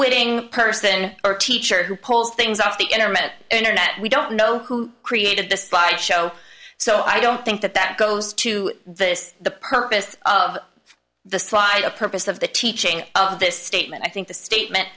unwitting person or teacher who pull things off the internet internet we don't know who created the slideshow so i don't think that that goes to this the purpose of the slide the purpose of the teaching of this statement i think the statement